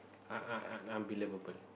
un~ un~ un~ unbelievable